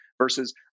versus